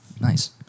Nice